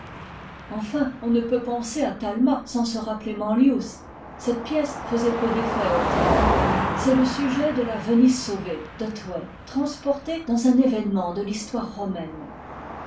enfin on ne peut penser à talma sans se rappeler manlius cette pièce faisait peu d'effet au théâtre c'est le sujet de la emme sauvée d'otway transporté dans un événement de l'histoire romaine